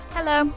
Hello